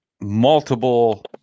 multiple